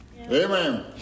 Amen